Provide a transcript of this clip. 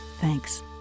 Thanks